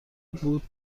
بودم